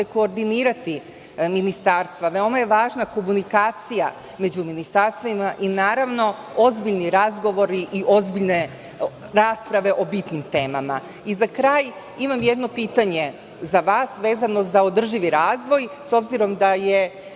koordinirati ministarstva. Veoma je važna komunikacija među ministarstvima i, naravno, ozbiljni razgovori i ozbiljne rasprave o bitnim temama.Za kraj, imam jedno pitanje za vas, vezano za održivi razvoj. S obzirom da je